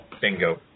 Bingo